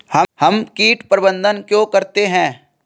हम कीट प्रबंधन क्यों करते हैं?